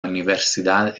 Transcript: universidad